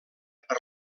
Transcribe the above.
per